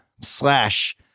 slash